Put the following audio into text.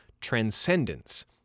Transcendence